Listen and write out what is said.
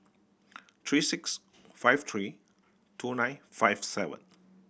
three six five three two nine five seven